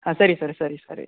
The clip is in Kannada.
ಹಾಂ ಸರಿ ಸರ್ ಸರಿ ಸರಿ